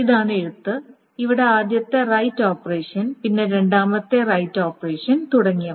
ഇതാണ് എഴുത്ത് അവിടെ ആദ്യത്തെ റൈറ്റ് ഓപ്പറേഷൻ പിന്നെ രണ്ടാമത്തെ റൈറ്റ് ഓപ്പറേഷൻ തുടങ്ങിയവ